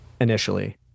Initially